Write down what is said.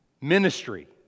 Ministry